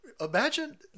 imagine